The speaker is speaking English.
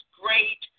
great